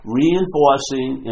reinforcing